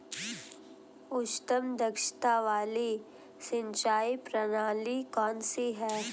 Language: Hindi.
उच्चतम दक्षता वाली सिंचाई प्रणाली कौन सी है?